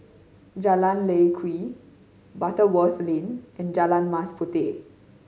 Jalan Lye Kwee Butterworth Lane and Jalan Mas Puteh